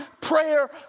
prayer